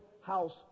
house